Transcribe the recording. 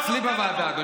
תן לנו דוגמה לקללה.